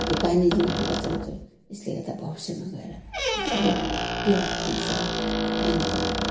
यो पानी जुन हामी बचाउँछौँ यस्ले गर्दा भविष्यमा गएर ठुलो टेवा पुग्नेछन् पानीको